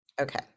okay